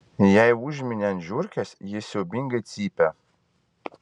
jei užmini ant žiurkės ji siaubingai cypia